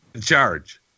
charge